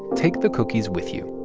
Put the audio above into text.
take the cookies with you.